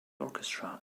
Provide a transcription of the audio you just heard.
orchestra